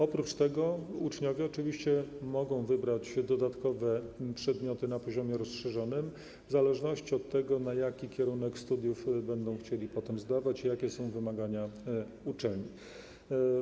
Oprócz tego uczniowie oczywiście mogą wybrać dodatkowe przedmioty na poziomie rozszerzonym, w zależności od tego, na jaki kierunek studiów będą chcieli potem zdawać i jakie są wymagania uczelni.